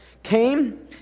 came